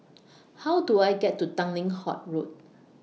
How Do I get to Tanglin Halt Road